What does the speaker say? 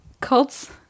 cults